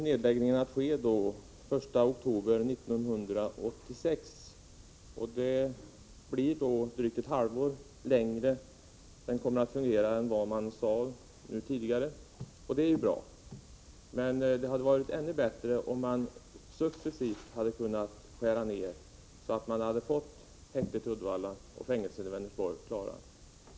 Nedläggningen kommer alltså att ske den 1 oktober 1986. Det blir en förlängning med drygt ett halvår, och det är bra. Men det hade varit ännu bättre om man hade kunnat skära ned successivt till dess häktet i Uddevalla och fängelset i Vänersborg hade blivit klara.